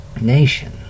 Nation